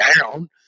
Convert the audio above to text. down